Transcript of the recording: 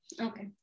Okay